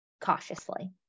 cautiously